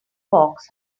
fox